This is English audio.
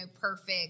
perfect